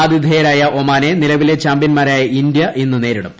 ആതിഥേയരായ ഒമാനെ നിലവിലെ ചാമ്പ്യൻമാരായ ഇന്ത്യ ഇന്ന് നേരിടും